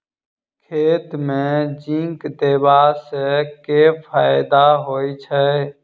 खेत मे जिंक देबा सँ केँ फायदा होइ छैय?